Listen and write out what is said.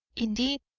indeed,